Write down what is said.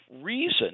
reason